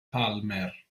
palmer